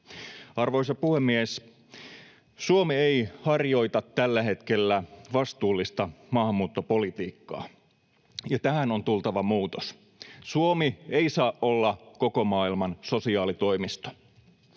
Arvoisa puhemies! Suomi ei harjoita tällä hetkellä vastuullista maahanmuuttopolitiikkaa, ja tähän on tultava muutos. Suomi ei saa olla koko maailman sosiaalitoimisto.